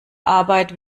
arbeit